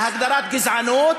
להגדרת הגזענות,